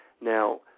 now